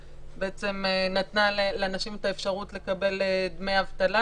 נתנה לאנשים אפשרות לקבל דמי אבטלה